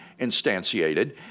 instantiated